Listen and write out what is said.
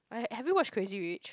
i hav~ have you watch Crazy-Rich